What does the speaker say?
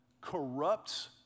corrupts